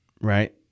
right